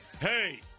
Hey